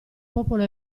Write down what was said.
popolo